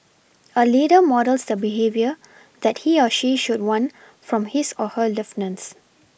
a leader models the behaviour that he or she should want from his or her lieutenants